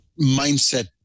mindset